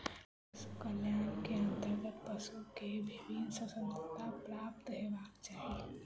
पशु कल्याण के अंतर्गत पशु के विभिन्न स्वतंत्रता प्राप्त हेबाक चाही